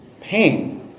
pain